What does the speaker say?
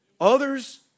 Others